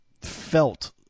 felt